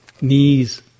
knees